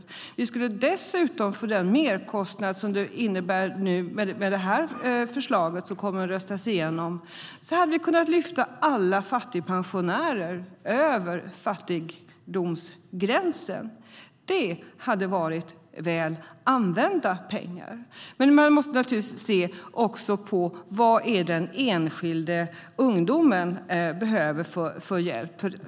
Dessutom skulle vi för den merkostnad, som det här förslaget som nu kommer röstas igenom innebär, ha kunnat lyfta alla fattigpensionärer över fattigdomsgränsen. Det hade varit väl använda pengar. Men man måste naturligtvis också se vad den enskilde ungdomen behöver för hjälp.